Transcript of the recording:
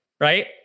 Right